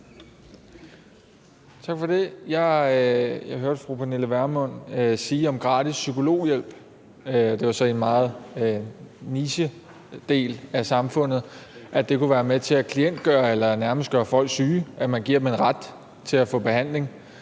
Tak for det. Jeg hørte fru Pernille Vermund sige om gratis psykologhjælp, det er så i forhold til en niche i samfundet, at det kunne være med til at klientgøre eller nærmest gøre folk syge, at man giver dem en ret til at få behandling.